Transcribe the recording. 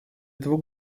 этого